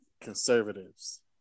conservatives